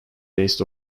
based